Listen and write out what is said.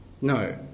No